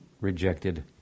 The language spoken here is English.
rejected